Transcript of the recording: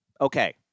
okay